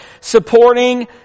supporting